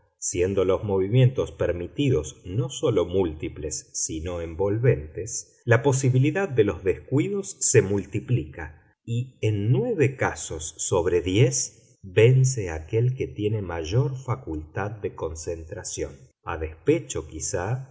siendo los movimientos permitidos no sólo múltiples sino envolventes la posibilidad de los descuidos se multiplica y en nueve casos sobre diez vence aquel que tiene mayor facultad de concentración a despecho quizá